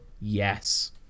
Yes